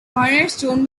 cornerstone